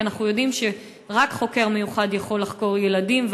כי אנחנו יודעים שרק חוקר מיוחד יכול לחקור ילדים,